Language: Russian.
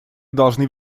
должны